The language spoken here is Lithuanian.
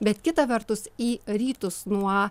bet kita vertus į rytus nuo